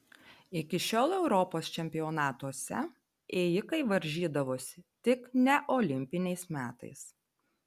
iki šiol europos čempionatuose ėjikai varžydavosi tik neolimpiniais metais